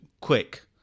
quick